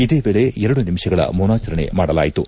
ಇದೇ ವೇಳೆ ಎರಡು ನಿಮಿಷಗಳ ಮೌನಾಚರಣೆ ಮಾಡಲಾಯಿತು